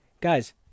guys